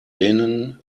linen